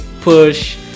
push